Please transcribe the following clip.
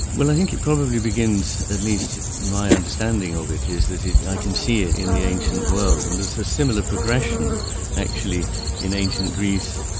well i think it probably begins at least my understanding of it is that i can see it in the ancient world and there's a similar progression actually in ancient greece,